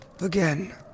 again